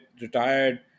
retired